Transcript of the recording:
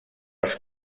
els